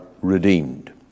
redeemed